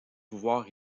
pouvoirs